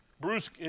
Bruce